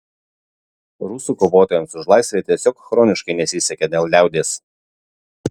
rusų kovotojams už laisvę tiesiog chroniškai nesisekė dėl liaudies